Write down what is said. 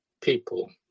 people